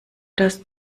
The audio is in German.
das